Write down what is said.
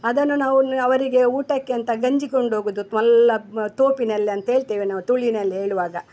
ಅದನ್ನು ನಾವು ಅವರಿಗೆ ಊಟಕ್ಕೆ ಅಂತ ಗಂಜಿ ಕೊಂಡೋಗೋದು ಮಲ್ಲ ತೋಪಿನಲ್ಲಿ ಅಂತ ಹೇಳ್ತೇವೆ ನಾವು ತುಳುನಲ್ಲಿ ಹೇಳುವಾಗ